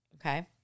Okay